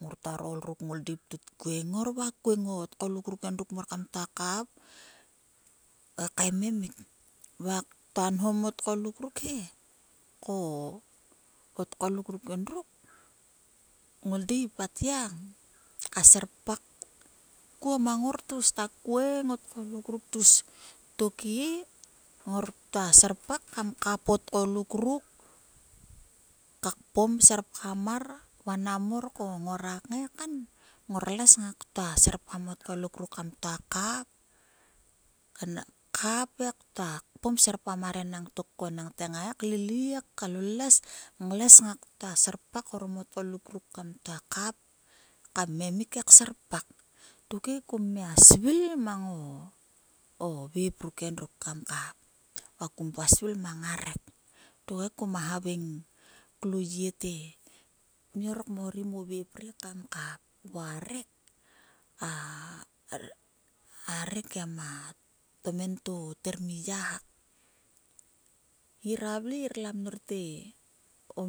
Ngor ktuaro ol ruk ngoldeip tkut kueng o tgoluk ruk endruk mor kam ktua kap va kaememik va klua nho mang arhe. Ko o tgoluk ruk endruk ngoldeip atgiang ka serpak kuo mang ngor tgus ta kueng o tgoluk tgus tokhe ngor klua serpak kam kap o tgoluk ruk ka kpom ser pgam mar kavanam morko kngai kan ngor les ngak kitua serppgam o tgoluk ruk kam kap. Kap he ktua kpom serpgam marko enanngtoko ngaik ngai kliei klulues ngles ngak kyua serpak orom o tgoluk ruk kam. ktua kap kam emik he kserpak tok he kummia svil mango vep ruk endruk kam kap va kum vua svil mang a rek tokne kuma havaing klo lie te mia or kmorim o vep ri kam kam va a rek a rek em a tomen to to ther mi yahak ngivle ngir la mnor te